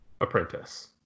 apprentice